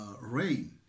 rain